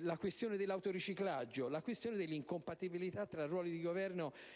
la questione dell'autoriciclaggio e quella dell'incompatibilità tra ruoli di governo e